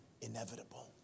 inevitable